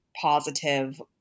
positive